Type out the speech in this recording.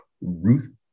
Ruth